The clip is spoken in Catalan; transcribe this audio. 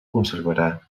conservarà